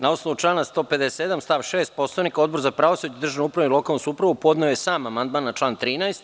Na osnovu člana 157. stav 6. Poslovnika, Odbor za pravosuđe, državnu upravu i lokalnu samoupravu podneo je amandman na član 13.